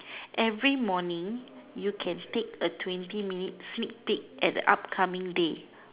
every morning you can take a twenty minute sneak peak at the upcoming day